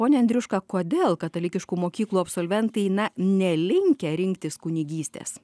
pone andriuška kodėl katalikiškų mokyklų absolventai na nelinkę rinktis kunigystės